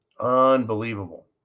Unbelievable